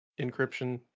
encryption